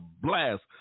blast